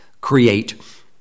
create